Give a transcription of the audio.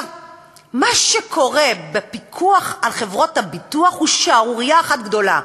מה שקורה בפיקוח על חברות הביטוח הוא שערורייה אחת גדולה.